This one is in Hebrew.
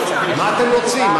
אי-אפשר ככה, מה אתם רוצים.